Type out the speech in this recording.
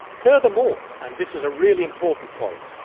furthermore, and this is a really important point,